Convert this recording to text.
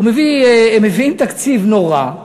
מביאים תקציב נורא.